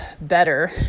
better